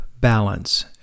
balance